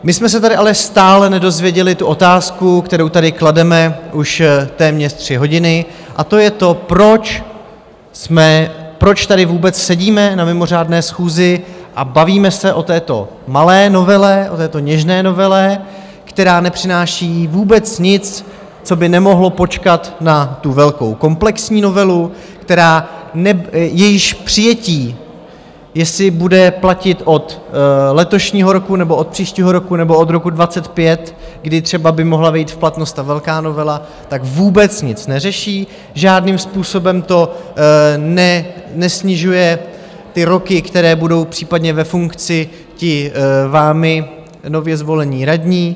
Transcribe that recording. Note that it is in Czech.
My jsme se tady ale stále nedozvěděli tu otázku, kterou tady klademe už téměř tři hodiny, a to je to, proč tady vůbec sedíme na mimořádné schůzi a bavíme se o této malé novele, o této něžné novele, která nepřináší vůbec nic, co by nemohlo počkat na tu velkou komplexní novelu, jejíž přijetí, jestli bude platit od letošní roku, nebo od příštího roku, nebo od roku 2025, kdy třeba by mohla vejít v platnost ta velká novela, tak vůbec nic neřeší, žádným způsobem nesnižuje ty roky, které budou případně ve funkci ti vámi nově zvolení radní.